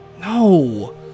No